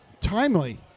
Timely